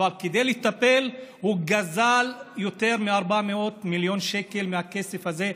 כדי לטפל הוא גזל יותר מ-400 מיליון שקל מהכסף הזה,